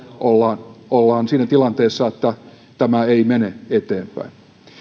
ollaan ollaan siinä tilanteessa että tämä ei mene eteenpäin